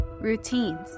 Routines